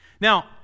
Now